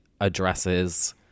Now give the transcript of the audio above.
addresses